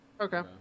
Okay